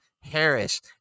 Harris